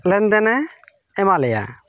ᱞᱮᱱᱫᱮᱱᱮ ᱮᱢᱟᱞᱮᱭᱟ